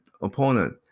Opponent